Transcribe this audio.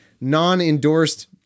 non-endorsed